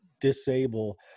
disable